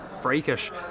freakish